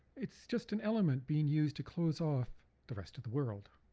it's just an element being used to close off the rest of the world.